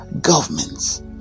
governments